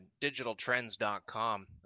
digitaltrends.com